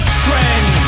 trend